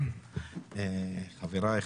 חבריי,